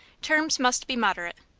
terms must be moderate.